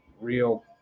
real